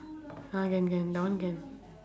ah can can that one can